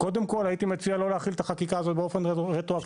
קודם כל הייתי מציע לא להחיל את החקיקה הזאת באופן רטרואקטיבי.